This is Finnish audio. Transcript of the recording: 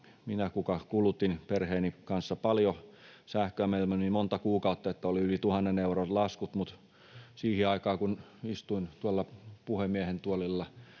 Minä kulutin perheeni kanssa paljon sähköä, ja meillä meni monta kuukautta, että oli yli 1 000 euron laskut. Mutta siihen aikaan, kun istuin tuolla puhemiehen tuolilla,